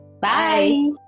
Bye